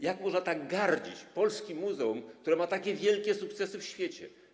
Jak można tak gardzić polskim muzeum, które ma tak wielkie sukcesy w świecie?